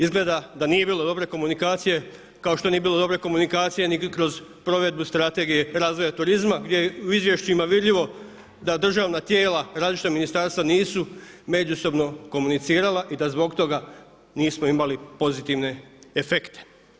Izgleda da nije bilo dobre komunikacije kao što nije bilo dobre komunikacije ni kroz provedbu Strategije razvoja turizma gdje je u izvješćima vidljivo da državna tijela, različita ministarstva nisu međusobno komunicirala i da zbog toga nismo imali pozitivne efekte.